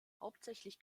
hauptsächlich